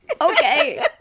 Okay